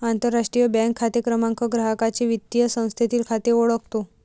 आंतरराष्ट्रीय बँक खाते क्रमांक ग्राहकाचे वित्तीय संस्थेतील खाते ओळखतो